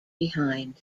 behind